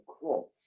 cross